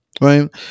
right